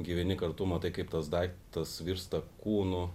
gyveni kartu matai kaip tas daiktas virsta kūnu